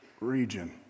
region